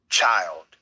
child